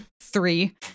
Three